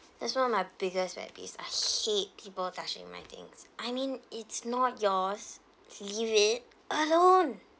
that's one of my biggest pet peeve I hate people touching my things I mean it's not yours just leave it alone